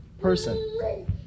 person